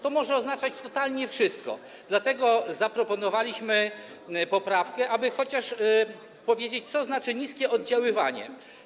To może oznaczać totalnie wszystko, dlatego zaproponowaliśmy poprawkę, aby wyjaśnić chociaż, co znaczy niskie oddziaływanie.